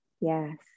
Yes